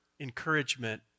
encouragement